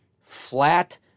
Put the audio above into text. flat